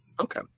Okay